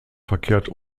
verkehrt